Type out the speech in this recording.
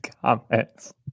comments